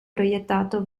proiettato